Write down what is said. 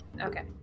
Okay